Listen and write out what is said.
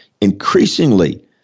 increasingly